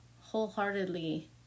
wholeheartedly